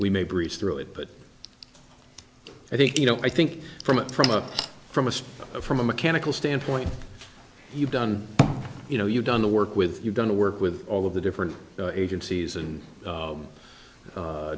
we may breeze through it but i think you know i think from from a from a from a mechanical standpoint you've done you know you've done the work with you've done the work with all of the different agencies and